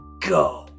go